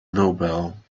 nobel